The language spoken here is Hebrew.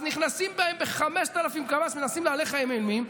נכנסים בהם ב-5,000 קמ"ש, מנסים להלך עליהם אימים.